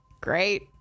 Great